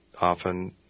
often